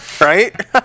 Right